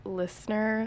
listener